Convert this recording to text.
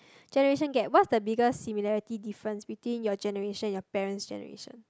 generation gap what's the biggest similarity difference between your generation and your parents' generation